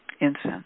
incense